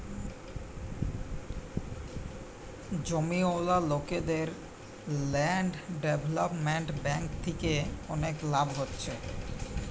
জমিওয়ালা লোকদের land development bank থিকে অনেক লাভ হচ্ছে